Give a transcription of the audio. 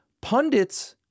pundits